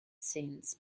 scenes